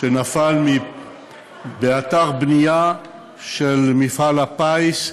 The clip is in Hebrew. שנפל באתר בנייה של מפעל הפיס,